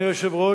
התשע"ב 2012,